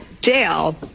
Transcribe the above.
jail